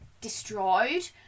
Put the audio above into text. destroyed